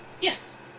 Yes